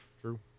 true